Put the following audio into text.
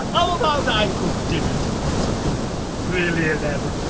ah how about i cook dinner tonight something really elaborate?